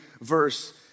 verse